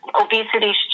Obesity